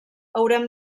haurem